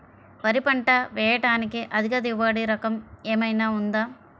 వరి పంట వేయటానికి అధిక దిగుబడి రకం ఏమయినా ఉందా?